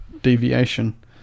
deviation